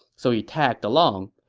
so he tagged along.